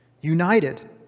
united